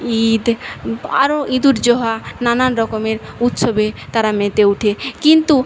ঈদ আরো ঈদুজ্জোহা নানান রকমের উৎসবে তাঁরা মেতে উঠে কিন্তু